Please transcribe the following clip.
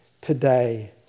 today